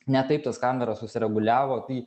ne taip tas kameras susireguliavo tai